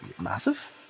massive